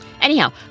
Anyhow